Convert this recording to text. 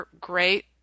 great